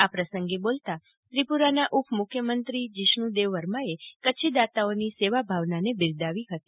આ પ્રસંગે બોલતા ત્રિપુરાનાં ઉપ મુખ્યમંત્રી જીસ્ણુ દેવ વર્માએ કરછી દાતાઓની સેવા ભાવનાને બિરદાવી ફતી